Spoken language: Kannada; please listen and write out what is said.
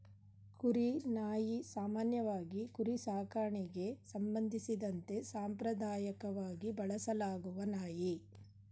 ಕುರಿ ನಾಯಿ ಸಾಮಾನ್ಯವಾಗಿ ಕುರಿ ಸಾಕಣೆಗೆ ಸಂಬಂಧಿಸಿದಂತೆ ಸಾಂಪ್ರದಾಯಕವಾಗಿ ಬಳಸಲಾಗುವ ನಾಯಿ